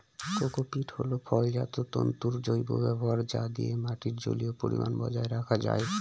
cocopeat হল ফলজাত তন্তুর জৈব ব্যবহার যা দিয়ে মাটির জলীয় পরিমান বজায় রাখা যায়